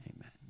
amen